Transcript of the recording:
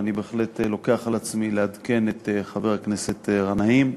ואני בהחלט לוקח על עצמי לעדכן את חבר הכנסת גנאים.